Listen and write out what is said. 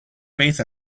faith